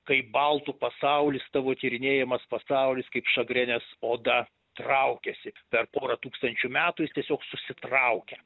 kaip baltų pasaulis tavo tyrinėjamas pasaulis kaip šagrenės oda traukiasi per pora tūkstančių metų jis tiesiog susitraukia